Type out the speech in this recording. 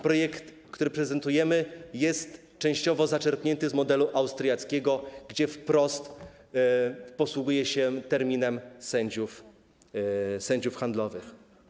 Projekt, który prezentujemy, jest częściowo zaczerpnięty z modelu austriackiego, który wprost posługuje się terminem sędziów handlowych.